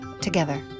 together